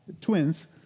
twins